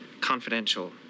Confidential